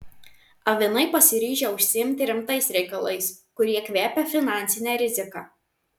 avinai pasiryžę užsiimti rimtais reikalais kurie kvepia finansine rizika